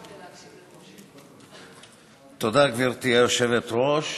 תודה, גברתי היושבת-ראש.